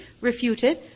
refuted